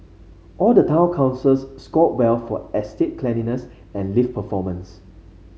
all the town councils scored well for estate cleanliness and lift performance